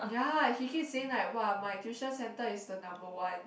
ya he keep saying like !wah! my tuition centre is the number one